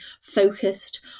focused